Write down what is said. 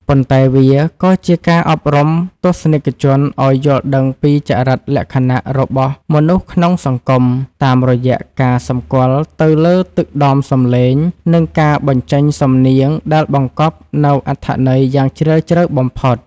ប៉ុន្តែវាក៏ជាការអប់រំទស្សនិកជនឱ្យយល់ដឹងពីចរិតលក្ខណៈរបស់មនុស្សក្នុងសង្គម តាមរយៈការសម្គាល់ទៅលើទឹកដមសំឡេង និងការបញ្ចេញសំនៀងដែលបង្កប់នូវអត្ថន័យយ៉ាងជ្រាលជ្រៅបំផុត។